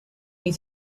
you